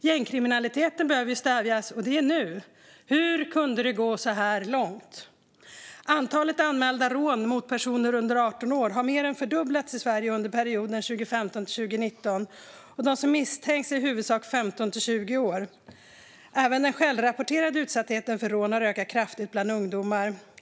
Gängkriminaliteten behöver stävjas nu. Hur kunde det gå så långt? Antalet anmälda rån mot personer under 18 år har mer än fördubblats i Sverige under perioden 2015-2019. De som misstänks är i huvudsak 15-20 år gamla. Även den självrapporterade utsattheten för rån har ökat kraftigt bland ungdomar.